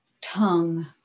tongue